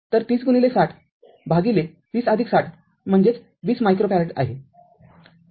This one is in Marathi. तर ३०६० भागिले ३०६० म्हणजे २० मायक्रोफॅरेड आहे